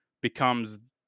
becomes